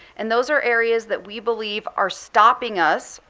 and those are areas that we believe are stopping us,